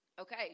Okay